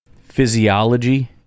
physiology